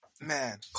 man